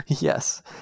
Yes